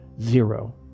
zero